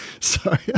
Sorry